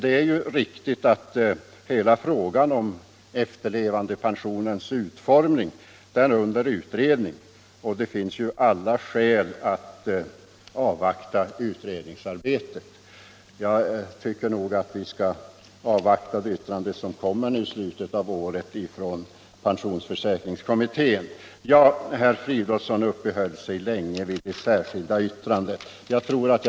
Det är riktigt att hela frågan om efterlevandepensionens utformning är under utredning, och jag tycker att det finns alla skäl att avvakta det yttrande från pensionsförsäkringskommittén som kommer i slutet av detta år. Herr Fridolfsson uppehöll! sig länge vid det särskilda yttrandet.